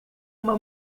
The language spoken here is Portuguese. uma